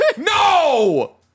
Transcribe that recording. No